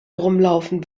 rumlaufen